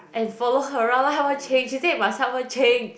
and follow her around lah what change she say must help her change